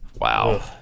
Wow